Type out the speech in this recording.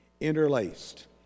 interlaced